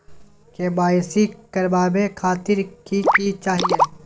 KYC करवावे खातीर कि कि चाहियो?